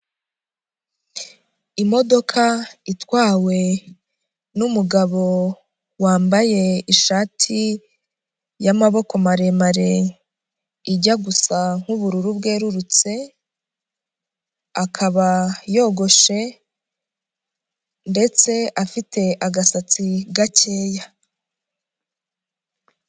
Imodoka itwawe n'umugabo wambaye ishati y'amaboko maremare ijya gusa nk'ubururu bwerurutse, akaba yogoshe, ndetse afite agasatsi gakeya.